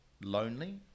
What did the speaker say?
lonely